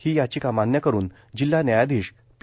ही याचिका मान्य करून जिल्हा न्यायाधीश पी